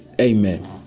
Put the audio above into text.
Amen